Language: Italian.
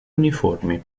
uniformi